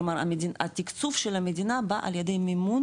כלומר התקצוב של המדינה בא על ידי מימון